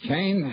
Cain